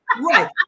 right